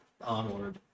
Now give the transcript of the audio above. onward